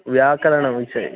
व्याकरणविषये